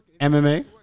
MMA